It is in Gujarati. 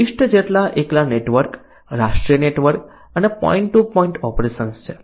ઈસ્ટ જેટ એકલા નેટવર્ક રાષ્ટ્રીય નેટવર્ક અને પોઇન્ટ ટુ પોઇન્ટ ઓપરેશન્સ છે